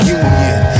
union